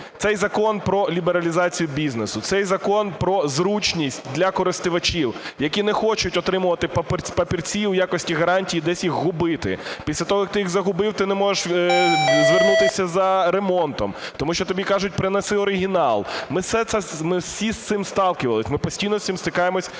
Цей закон про лібералізацію бізнесу, цей закон про зручність для користувачів, які не хочуть отримувати папірці в якості гарантії і десь їх губити. Після того, як ти їх загубив, ти не можеш звернутися за ремонтом, тому що тобі кажуть: принеси оригінал. Ми всі з цим сталкивались, ми постійно з цим стикаємося